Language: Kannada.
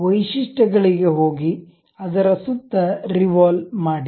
ವೈಶಿಷ್ಟ್ಯ ಗಳಿಗೆ ಹೋಗಿ ಅದರ ಸುತ್ತ ರಿವಾಲ್ವ್ ಮಾಡಿ